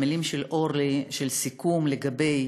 מילות הסיכום של אורלי,